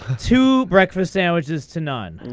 two breakfast sandwiches to none. and